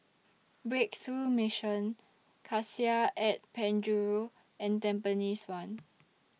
Breakthrough Mission Cassia At Penjuru and Tampines one